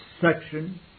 section